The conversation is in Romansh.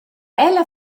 ella